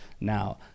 now